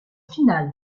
final